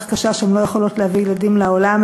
קשה שהן לא יכולות להביא ילדים לעולם,